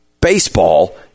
baseball